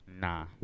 Nah